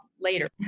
later